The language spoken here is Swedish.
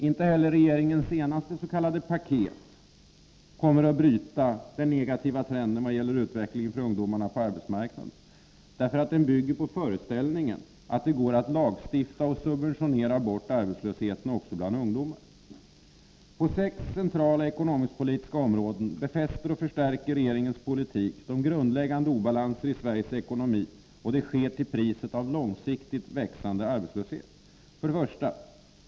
Inte heller regeringens senaste s.k. paket kommer att bryta den negativa trenden vad gäller utvecklingen på arbetsmarknaden för ungdomarna, därför att det bygger på föreställningen att det går att lagstifta och subventionera bort arbetslösheten också bland ungdomar. På sex centrala ekonomisk-politiska områden befäster och förstärker regeringens politik de grundläggande obalanserna i Sveriges ekonomi, och det sker till priset av långsiktigt växande arbetslöshet: 1.